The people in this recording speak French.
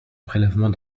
prélèvement